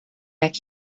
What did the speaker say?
back